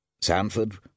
Sanford